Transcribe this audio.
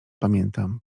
pamiętam